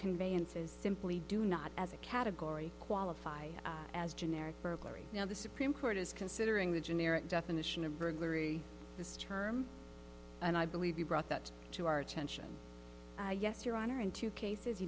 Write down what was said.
conveyances simply do not as a category qualify as generic burglary now the supreme court is considering the generic definition of burglary this term and i believe you brought that to our attention yes your honor in two cases